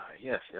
Yes